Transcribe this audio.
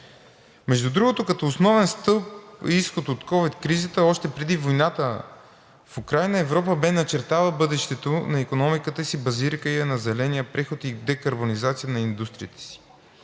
Между другото, като основен стълб и изход от ковид кризата още преди войната в Украйна, Европа бе начертала бъдещето на икономиката си, базирайки я на зеления преход и декарбонизация на индустрията.